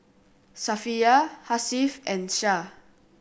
Safiya Hasif and Syah